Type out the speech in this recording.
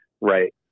Right